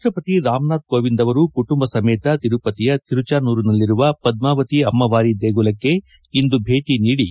ರಾಷ್ಟಪತಿ ರಾಮನಾಥ್ ಕೋವಿಂದ್ ಅವರು ಕುಟುಂಬ ಸಮೇತ ತಿರುಪತಿಯ ತಿರುಚಾನೂರು ನಲ್ಲಿರುವ ಪದ್ಮಾವತಿ ಅಮ್ಮವಾರಿ ದೇಗುಲಕ್ಷೆ ಇಂದು ಭೇಟಿ ನೀಡಿ ಮೂಜೆ ಸಲ್ಲಿಸಿದ್ದರು